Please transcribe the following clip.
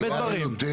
הוא אומר הרבה דברים.